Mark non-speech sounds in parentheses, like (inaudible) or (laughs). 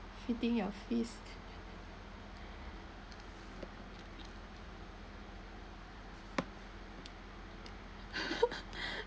feeding your fist (laughs)